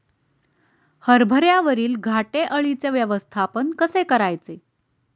हरभऱ्यावरील घाटे अळीचे व्यवस्थापन कसे करायचे?